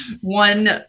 one